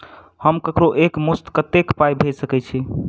हम ककरो एक मुस्त कत्तेक पाई भेजि सकय छी?